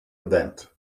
event